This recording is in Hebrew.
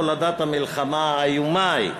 תולדת המלחמה האיומה ההיא,